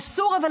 אסור, אבל